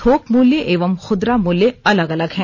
थोक मूल्य एवं खुदरा मूल्य अलग अलग हैं